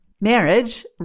marriage